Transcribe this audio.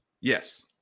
Yes